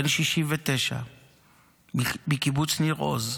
בן 69 מקיבוץ ניר עוז.